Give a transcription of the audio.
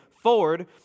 forward